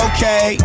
Okay